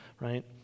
Right